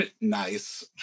Nice